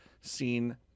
seen